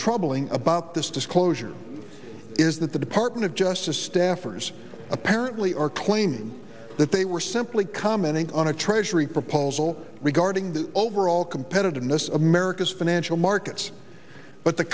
troubling about this disclosure is that the department of justice staffers apparently are claiming that they were simply commenting on a treasury proposal regarding the overall competitiveness of america's financial